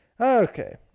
okay